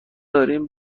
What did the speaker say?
داریم